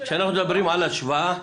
כשאנחנו מדברים על השוואה,